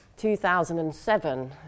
2007